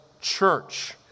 church